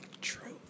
truth